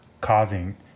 causing